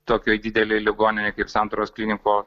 tokioj didelėj ligoninėj kaip santaros kliniko